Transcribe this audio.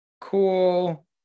Cool